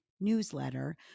newsletter